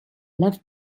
left